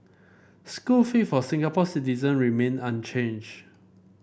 school fees for Singapore citizen remain unchanged